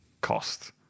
cost